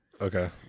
okay